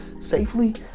safely